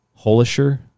Holisher